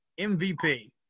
MVP